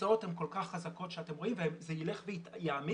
התוצאות הן כל כך חזקות וזה ילך ויעמיק.